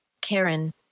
Karen